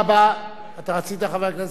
רצית, חבר הכנסת אכרם חסון,